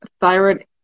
thyroid